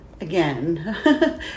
Again